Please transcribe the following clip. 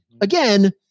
Again